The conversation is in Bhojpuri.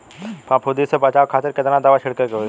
फाफूंदी से बचाव खातिर केतना दावा छीड़के के होई?